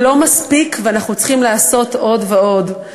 זה לא מספיק, ואנחנו צריכים לעשות עוד ועוד.